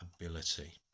ability